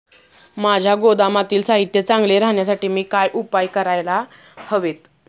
माझ्या गोदामातील साहित्य चांगले राहण्यासाठी मी काय उपाय काय करायला हवेत?